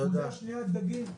הרפורמה השנייה זה הדגים.